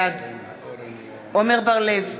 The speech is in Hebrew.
בעד עמר בר-לב,